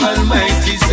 Almighty